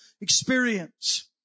experience